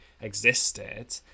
existed